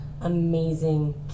amazing